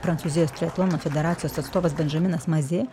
prancūzijos triatlono federacijos atstovas bendžaminas mazė